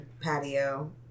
patio